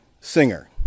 singer